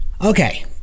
okay